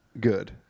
good